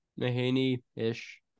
Mahaney-ish